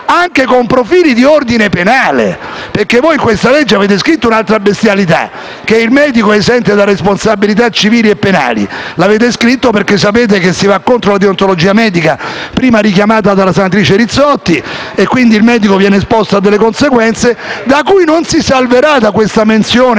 anche con profili di ordine penale, perché in questa legge avete scritto un'altra bestialità: e cioè che il medico è esente da responsabilità civili e penali e l'avete scritto perché sapete che si va contro la deontologia medica, prima richiamata dalla senatrice Rizzotti. Quindi il medico viene esposto a delle conseguenze da cui non si salverà con questa menzione,